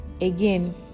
Again